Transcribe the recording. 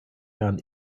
herrn